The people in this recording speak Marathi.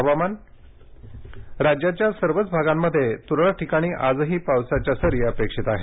हवामान राज्याच्या सर्वच भागांमध्ये तुरळक ठिकाणी आजही पावसाच्या सरी अपेक्षित आहेत